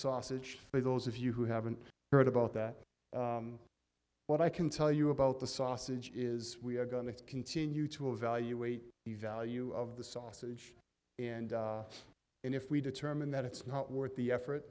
sausage for those of you who haven't heard about that what i can tell you about the sausage is we are going to continue to evaluate the value of the sausage and if we determine that it's not worth the effort